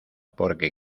porque